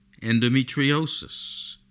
endometriosis